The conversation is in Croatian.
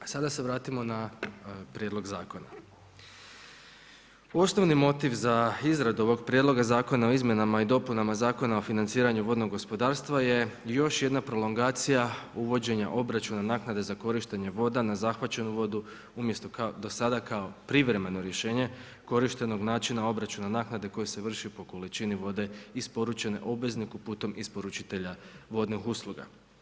A sada se vratimo na prijedlog zakona. osnovni motiv za izradu ovog prijedloga zakona o izmjenama i dopunama Zakona o financiranju vodnog gospodarstva je još jedna prolongacija uvođenja obračuna naknade za korištenje voda … voda umjesto kao do sada kao privremeno rješenje korištenog načina obračuna naknade koje se vrši po količini vode isporučene obvezniku putem isporučitelja vodnih usluga.